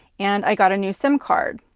and i got a new sim card.